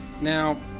Now